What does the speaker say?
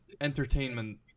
entertainment